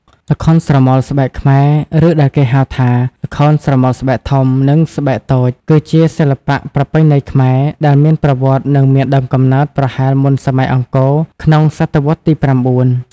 ល្ខោនស្រមោលស្បែកខ្មែរ ឬដែលគេហៅថា ល្ខោនស្រមោលស្បែកធំ និងស្បែកតូចគឺជាសិល្បៈប្រពៃណីខ្មែរ ដែលមានប្រវត្តិនិងមានដើមកំណើតប្រហែលមុនសម័យអង្គរ ក្នុងសតវត្សទី ៩។